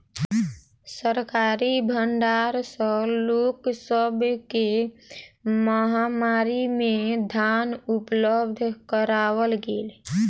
सरकारी भण्डार सॅ लोक सब के महामारी में धान उपलब्ध कराओल गेल